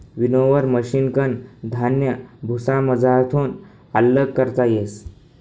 winnower मशिनकन धान्य भुसामझारथून आल्लग करता येस